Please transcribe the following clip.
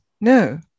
no